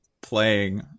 playing